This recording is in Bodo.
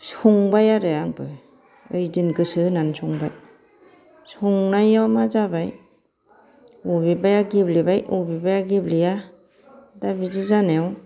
संबाय आरो आंबो ओइदिन गोसो होनानै संबाय संनायाव मा जाबाय अबेबाया गेब्लेबाय अबेबाया गेब्लेया दा बिदि जानायाव